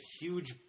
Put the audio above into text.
huge